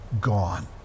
gone